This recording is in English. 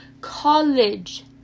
College